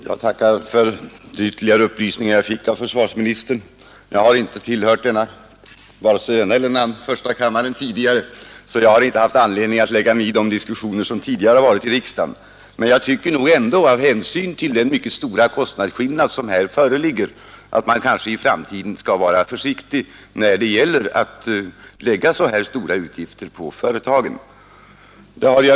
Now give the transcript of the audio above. Herr talman! Jag tackar för de ytterligare upplysningar som jag fick av försvarsministern. Jag har inte tillhört vare sig andra eller första kammaren tidigare och har inte haft någon anledning att lägga mig i de diskussioner som tidigare ägt rum i riksdagen, men jag tycker att man med hänsyn till den mycket stora kostnadsskillnad som föreligger bör iaktta stor försiktighet innan man lägger ytterligare utgifter på företagen.